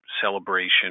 celebration